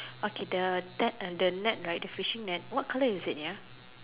okay the that under net right the fishing net what colour is it ya